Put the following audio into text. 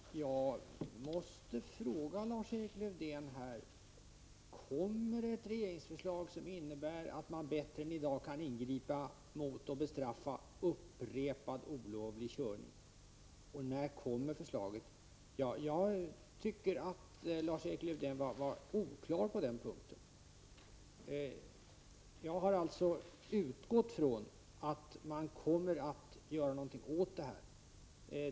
Herr talman! Jag måste fråga Lars-Erik Lövdén: Kommer det ett regeringsförslag som innebär att man bättre än i dag kan ingripa mot och bestraffa upprepad olovlig körning? Och när kommer det i så fall? Jag tycker att Lars-Erik Lövdén var oklar på den punkten. Jag har alltså utgått ifrån att man kommer att göra någonting åt det här.